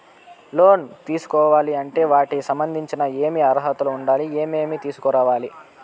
లోను తీసుకోవాలి అంటే వాటికి సంబంధించి ఏమి అర్హత ఉండాలి, ఏమేమి తీసుకురావాలి